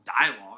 dialogue